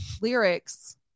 lyrics